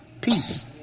peace